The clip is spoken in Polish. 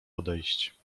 odejść